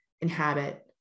inhabit